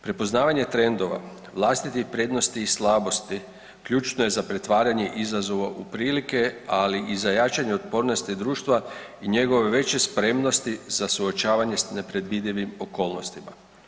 Prepoznavanje trendova vlastitih prednosti i slabosti ključno je za pretvaranje izazova u prilike, ali i za jačanje otpornosti društva i njegove veće spremnosti za suočavanje s nepredvidivim okolnostima.